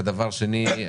ודבר שני,